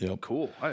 Cool